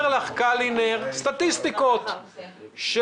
אומר לך קלינר סטטיסטיקות של